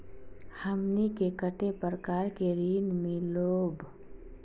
हमनी के कते प्रकार के ऋण मीलोब?